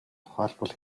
тухайлбал